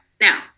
Now